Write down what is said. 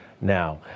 Now